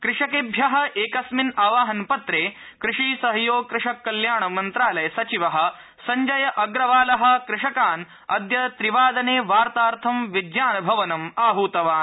कृषकेभ्य एकस्मिन आवाहनपत्रे कृषि सहयोग कृषक कल्याण मन्त्रालय सचिव सञ्जय अग्रवाल कृषकान् अद्य त्रिवादने बार्तार्थ विज्ञानभवनम् आहूतवान्